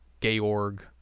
Georg